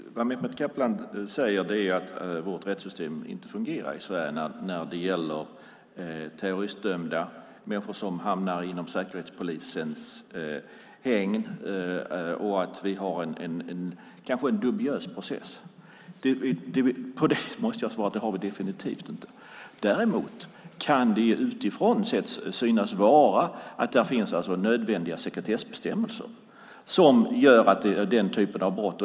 Fru talman! Vad Mehmet Kaplan säger är att vårt rättssystem inte fungerar när det gäller terroristdömda som hamnar inom Säkerhetspolisens hägn och att vi har en kanske dubiös process. På det måste jag svara att det har vi definitivt inte. Däremot kan det utifrån sett synas vara så. Det finns nödvändiga sekretessbestämmelser för den typen av brott.